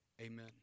Amen